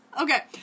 Okay